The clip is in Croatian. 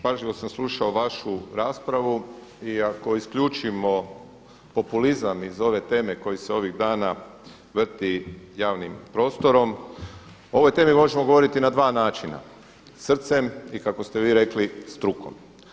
Pažljivo sam slušao vašu raspravu i ako isključimo populizam iz ove teme koje se ovih dana vrti javnim prostorom o ovoj temi možemo govoriti na dva načina, srcem i kako ste vi rekli strukom.